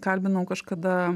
kalbinau kažkada